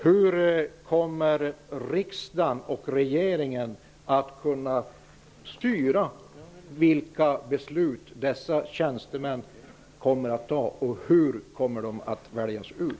Hur kommer riksdagen och regeringen att kunna styra vilka beslut dessa tjänstemän kommer att ta och hur kommer de att väljas ut?